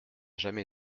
jamais